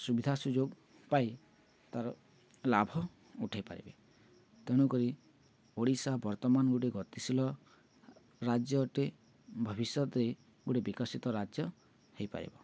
ସୁବିଧା ସୁଯୋଗ ପାଇ ତାର ଲାଭ ଉଠେଇ ପାରିବେ ତେଣୁକରି ଓଡ଼ିଶା ବର୍ତ୍ତମାନ ଗୋଟେ ଗତିଶୀଳ ରାଜ୍ୟ ଅଟେ ଭବିଷ୍ୟତରେ ଗୋଟେ ବିକଶିତ ରାଜ୍ୟ ହେଇପାରିବ